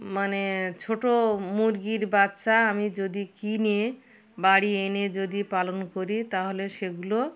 মানে ছোটো মুরগির বাচ্চা আমি যদি কিনে বাড়ি এনে যদি পালন করি তাহলে সেগুলো